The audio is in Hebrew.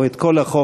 או את כל החוק,